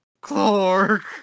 Clark